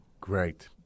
Great